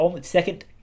Second